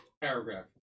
Paragraph